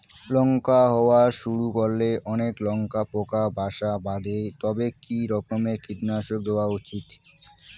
লঙ্কা হওয়া শুরু করলে অনেক লঙ্কায় পোকা বাসা বাঁধে তবে কি রকমের কীটনাশক দেওয়া উচিৎ?